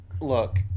look